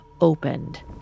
opened